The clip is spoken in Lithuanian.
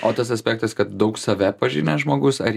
o tas aspektas kad daug save pažinęs žmogus ar